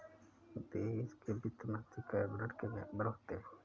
देश के वित्त मंत्री कैबिनेट के मेंबर होते हैं